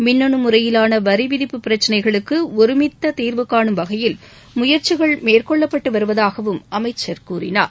மின்னனு முறையிலான வரிவிதிப்பு பிரச்சினைகளுக்கு ஒருமித்த தீர்வு காணும் வகையில் முயற்சிகள் மேற்கொள்ளப்பட்டு வருவதாகவும் அமைச்சர் கூறினார்